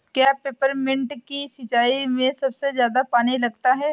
क्या पेपरमिंट की सिंचाई में सबसे ज्यादा पानी लगता है?